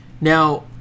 now